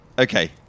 okay